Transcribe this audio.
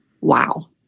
Wow